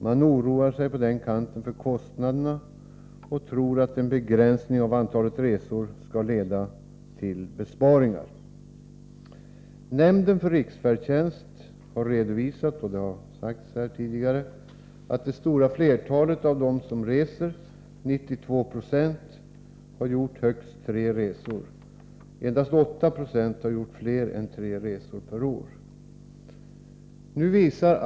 Man oroar sig på den kanten för kostnaderna och tror att en begränsning av antalet resor skall leda till besparingar. Nämnden för riksfärdtjänst har redovisat — och det har sagts här tidigare — att det stora flertalet resenärer, 92 96, har gjort högst tre resor. Endast 8 90 har gjort fler än tre resor per år.